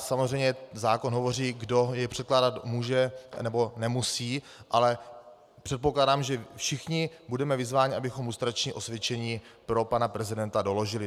Samozřejmě zákon hovoří, kdo jej předkládat může, nebo nemusí, ale předpokládám, že všichni budeme vyzváni, abychom lustrační osvědčení pro pana prezidenta doložili.